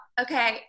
okay